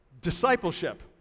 discipleship